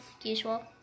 usual